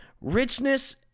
richness